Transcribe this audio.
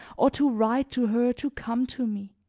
or to write to her to come to me.